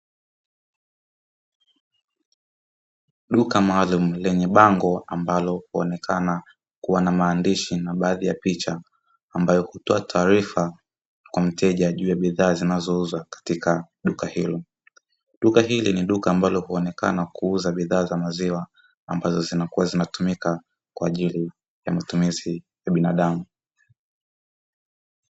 Duka maalumu lenye bango, ambalo huonekana kuwa na maandishi na baadhi ya picha ambayo hutoa taarifa kwa mteja, ajue bidhaa zinazouzwa katika duka hilo. Duka hili ni duka ambalo huonekana kuuza bidhaa za maziwa, ambazo zinakuwa zinatumika kwa ajili ya matumizi ya binadamu.